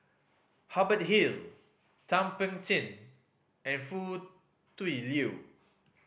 Hubert Hill Thum Ping Tjin and Foo Tui Liew